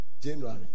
January